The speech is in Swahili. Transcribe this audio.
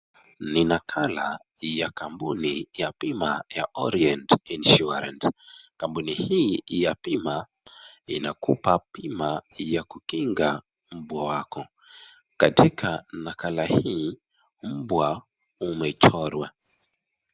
Ni nakala ya kampuni ya bima ya (orient insurance ) Kambuni hii ya bima inakupa bima ya kukinga mbwa wako. Katika nakala hii mbwa imechorwa.